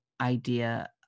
idea